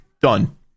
done